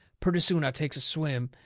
purty soon i takes a swim,